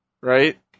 right